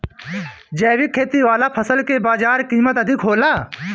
जैविक खेती वाला फसल के बाजार कीमत अधिक होला